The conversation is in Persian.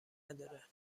نداره